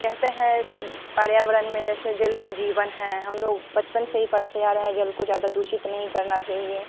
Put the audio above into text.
कहते हैं पार्यावरण में जैसे जल ही जीवन है हम लोग बचपन से ही पढ़ते आ रहें जल को ज़्यादा दूषित नहीं करना चाहिए